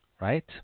right